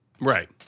Right